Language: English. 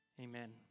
amen